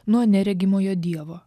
nuo neregimojo dievo